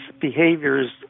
behaviors